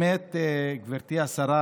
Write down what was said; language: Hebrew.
גברתי השרה,